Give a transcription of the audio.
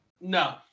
No